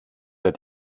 der